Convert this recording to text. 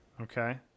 Okay